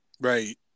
Right